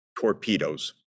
torpedoes